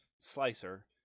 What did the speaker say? Slicer